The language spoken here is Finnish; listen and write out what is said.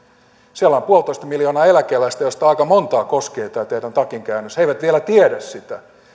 siellä on yksi pilkku viisi miljoonaa eläkeläistä joista aika monta koskee tämä teidän takinkäännöksenne he eivät vielä tiedä sitä